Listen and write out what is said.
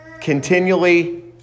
continually